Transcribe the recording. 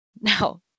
Now